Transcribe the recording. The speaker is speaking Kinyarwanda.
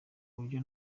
buryo